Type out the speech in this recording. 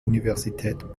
universität